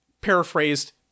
paraphrased